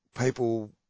people